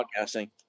podcasting